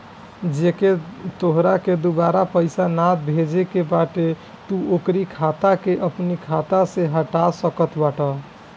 जेके तोहरा के दुबारा पईसा नाइ भेजे के बाटे तू ओकरी खाता के अपनी खाता में से हटा सकत बाटअ